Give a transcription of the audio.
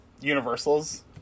Universal's